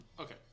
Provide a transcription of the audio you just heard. Okay